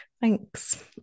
Thanks